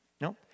No